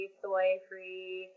soy-free